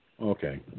Okay